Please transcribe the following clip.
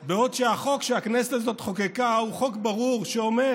בעוד שהחוק שהכנסת הזאת חוקקה הוא חוק ברור שאומר